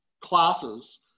classes